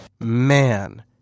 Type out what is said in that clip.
Man